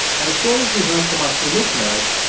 and the stories we heard from our two listeners,